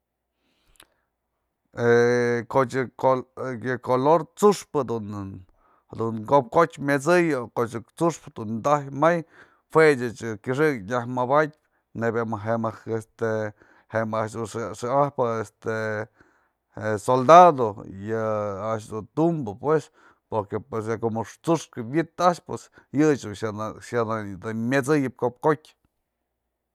ko'o chë yë color tsu'uxpë dun ko'op kotyë met'sëyë o ko'o tsu'uxpë taj may jue exh këxëk nyaj mabatypë nebya je mëjk este je mëjk a'ax dun xa'ajpë este soldado, yë a'ax dun tumbë pues, porque como tsu'uxkë wi'itë a'ax yë dun xyanëm myet'sëyëp ko'op kotyë.